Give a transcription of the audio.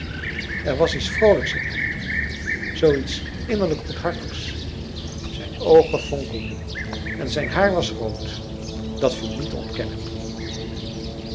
er was iets vroolijks in hem zoo iets innerlijk goedhartigs zijn oogen fonkelden en zijn haar was rood dat viel niet te ontkennen